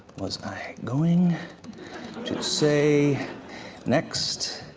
was i going to say next?